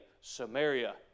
Samaria